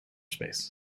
space